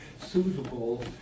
suitable